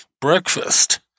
Breakfast